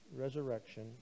resurrection